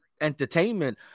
entertainment